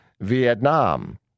Vietnam